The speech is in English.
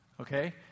Okay